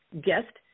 guest